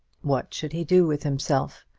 what should he do with himself?